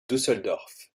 düsseldorf